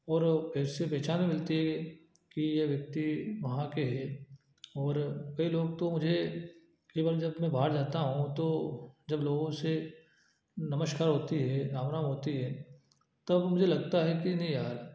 और फिर उसे पहचान मिलती है कि यह व्यक्ति वहाँ के हैं और कई लोग तो मुझे कई बार मैं जब बाहर जाता हूँ तो जब लोगों से नमस्कार होती है राम राम होती है